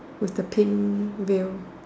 with the pink veil